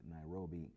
Nairobi